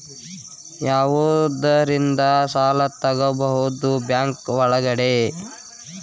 ಯಾವ್ಯಾವುದರಿಂದ ಸಾಲ ತಗೋಬಹುದು ಬ್ಯಾಂಕ್ ಒಳಗಡೆ?